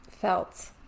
felt